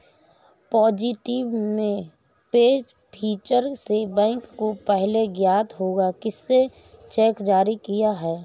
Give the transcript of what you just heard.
positive pay feature से bank को पहले ज्ञात होगा किसने चेक जारी किया है